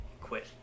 quit